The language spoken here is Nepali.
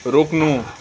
रोक्नु